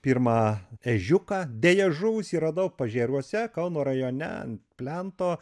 pirmą ežiuką deja žuvusį radau pažėruose kauno rajone ant plento